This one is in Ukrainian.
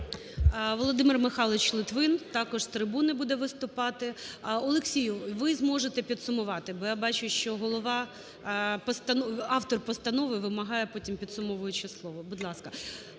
Володимир Михайлович Литвин, також з трибуни буде виступати. Олексію, ви зможете підсумувати, бо я бачу, що голова … автор постанови вимагає потім підсумовуюче слово.